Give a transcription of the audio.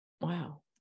Wow